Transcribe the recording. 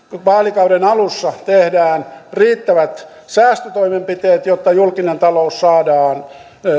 vaalikauden alussa tehdään riittävät säästötoimenpiteet jotta julkinen talous saadaan